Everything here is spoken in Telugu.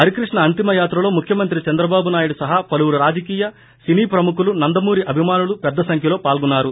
హరికృష్ణ అంతిమ యాత్రలో ముఖ్యమంత్రి చంద్రబాబునాయుడు సహా పలువురు రాజకీయ సినీ ప్రముఖులు నందమూరి అభిమానులు పెద్ద సంఖ్యలో పాల్గొన్నారు